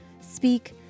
speak